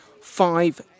five